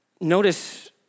Notice